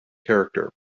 character